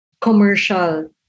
commercial